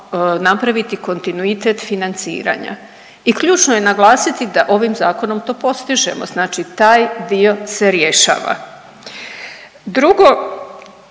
napraviti kontinuitet financiranja i ključno je naglasiti da ovim zakonom to postižemo, znači taj dio se rješava. Drugo